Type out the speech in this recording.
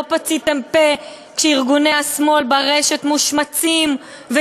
לא פציתם פה כשארגוני השמאל מושמצים ברשת